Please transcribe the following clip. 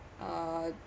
uh